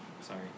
sorry